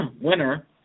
winner